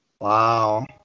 Wow